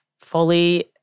fully